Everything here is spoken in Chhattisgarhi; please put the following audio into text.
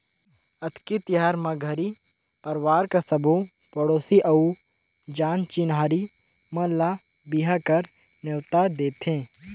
अक्ती तिहार म घरी परवार कर सबो पड़ोसी अउ जान चिन्हारी मन ल बिहा कर नेवता देथे